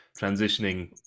transitioning